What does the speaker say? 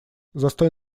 застой